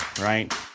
right